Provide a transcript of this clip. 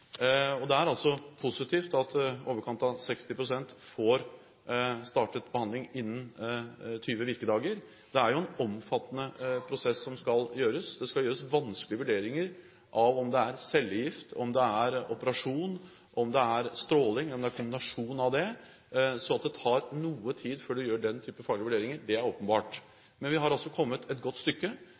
Det er positivt at i overkant av 60 pst. får startet sin behandling innen 20 virkedager. Man skal jo gjennom en omfattende prosess. Det skal gjøres vanskelige vurderinger av om det er cellegift, om det er operasjon, om det er strålebehandling, eller om det er en kombinasjon av dette som skal gjennomføres. Så at det tar noe tid for å gjøre den type faglige vurderinger er åpenbart. Men vi har kommet et godt stykke